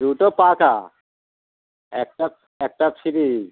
দুটো পাটা একটা একটা ফ্রি